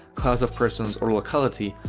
class of persons, or locality,